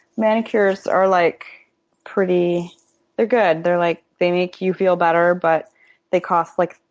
manicures are like pretty they're good. they're like they make you feel better, but they cost like,